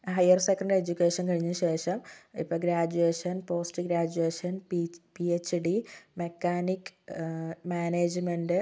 higher secondary education കഴിഞ്ഞ ശേഷം ഇപ്പോൾ graduation postgraduation P P H D mechanic management